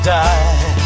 die